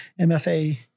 MFA